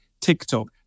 TikTok